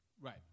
Right